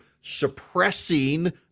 suppressing